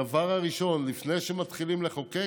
הדבר הראשון לפני שמתחילים לחוקק,